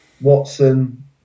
Watson